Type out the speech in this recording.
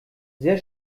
sehr